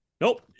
Nope